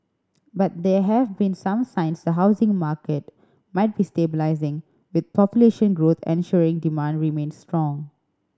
but there have been some signs the housing market might be stabilising with population growth ensuring demand remains strong